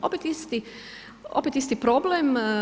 Opet isti problem.